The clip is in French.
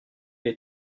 est